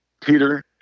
Peter